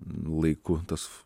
laiku tas